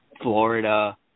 Florida